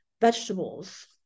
vegetables